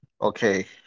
Okay